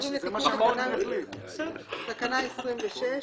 אנחנו עוברים לתקנה 26,